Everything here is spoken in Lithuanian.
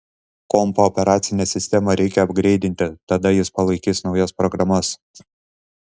kompo operacinę sistemą reikia apgreidinti tada jis palaikys naujas programas